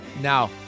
Now